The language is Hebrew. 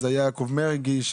אז היה יעקב מרגי,